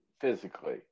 physically